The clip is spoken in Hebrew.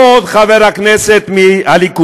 לא עוד חבר הכנסת מהליכוד,